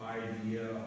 idea